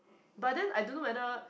but then I don't know whether